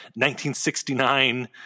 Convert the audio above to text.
1969